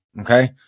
Okay